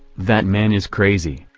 that man is crazy.